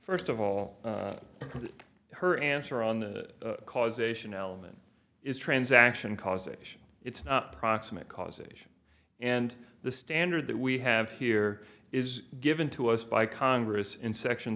first of all her answer on the causation element is transaction causation it's proximate causes and the standard that we have here is given to us by congress in section